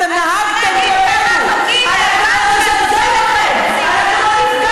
זה ברכת שהחיינו, היא נועדה בדיוק לרגעים הללו.